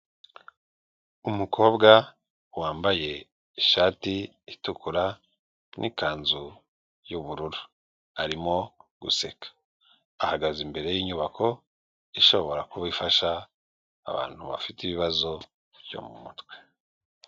Umukobwa wambaye ishati itukura n'ikanzu yubururu. Arimo guseka. Ahagaze imbere y'inyubako ishobora kuba ifasha abantu bafite ibibazo byo mu mutwe.